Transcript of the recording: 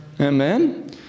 Amen